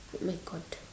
red court